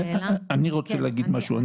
אני רוצה להגיד משהו.